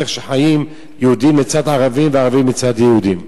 איך חיים יהודים לצד ערבים וערבים לצד יהודים.